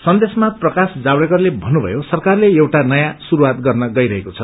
सन्देशमा प्राकाश जावडऋकरले भन्नुभयो सरकारले एउटा नयौँ श्रुवात गर्न गइरहेको छ